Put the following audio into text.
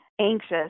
anxious